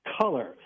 color